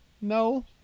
no